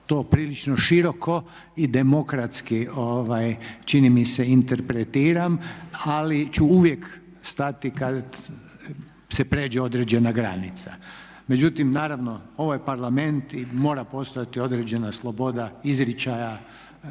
to prilično široko i demokratski čini mi se interpretiram, ali ću uvijek stati kada se prijeđe određena granica. Međutim, naravno ovo je Parlament i mora postojati određena sloboda izričaja,